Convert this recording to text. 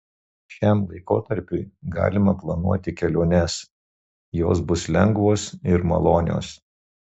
šiam laikotarpiui galima planuoti keliones jos bus lengvos ir malonios